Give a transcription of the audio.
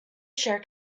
share